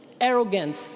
arrogance